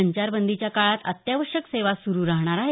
संचारबंदीच्या काळात अत्यावश्यक सेवा सुरू राहणार आहेत